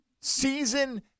Season